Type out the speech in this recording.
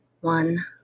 one